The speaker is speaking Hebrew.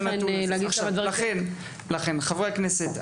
חברי הכנסת,